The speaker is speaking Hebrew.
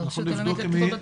ברשות הלאומית לבטיחות בדרכים.